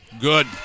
Good